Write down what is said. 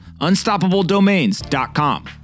Unstoppabledomains.com